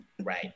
right